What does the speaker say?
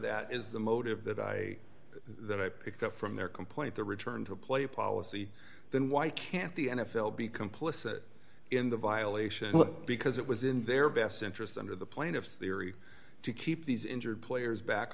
that is the motive that that i picked up from their complaint the return to play policy then why can't the n f l be complicit in the violation because it was in their best interest under the plane of theory to keep these injured players back